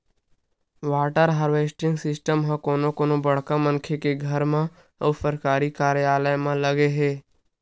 water harvesting system ह कोनो कोनो बड़का मनखे के घर म अउ सरकारी कारयालय म लगे हे